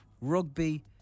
rugby